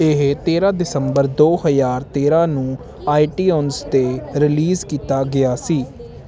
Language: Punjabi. ਇਹ ਤੇਰ੍ਹਾਂ ਦਸੰਬਰ ਦੋ ਹਜ਼ਾਰ ਤੇਰ੍ਹਾਂ ਨੂੰ ਆਈਟੀਉਂਜ਼ 'ਤੇ ਰਿਲੀਜ਼ ਕੀਤਾ ਗਿਆ ਸੀ